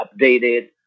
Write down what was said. updated